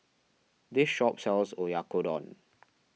this shop sells Oyakodon